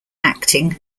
acting